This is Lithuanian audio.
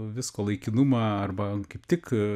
visko laikinumą arba kaip tik